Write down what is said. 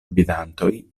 gvidantoj